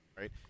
right